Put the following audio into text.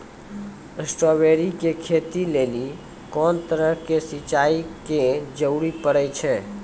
Strawberry के खेती लेली कोंन तरह के सिंचाई के जरूरी पड़े छै?